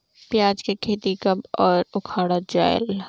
पियाज के खेती कब अउ उखाड़ा जायेल?